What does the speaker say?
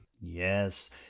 Yes